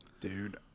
dude